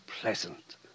pleasant